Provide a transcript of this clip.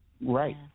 Right